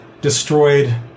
destroyed